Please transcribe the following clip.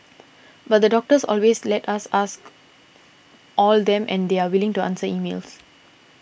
but the doctors always let us ask all them and they were willing to answer emails